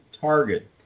target